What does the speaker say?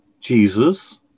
Jesus